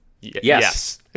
Yes